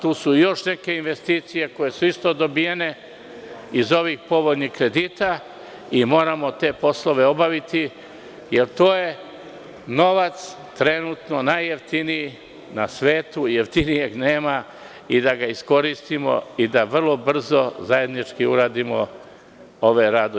Tu su još neke investicije koje su dobijene iz ovih povoljnih kredita i moramo te poslove obaviti, jer to je trenutno najjeftiniji novac na svetu, jeftinijeg nema, i da ga iskoristimo i da vrlo brzo zajednički uradimo ove radove.